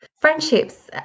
friendships